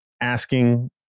asking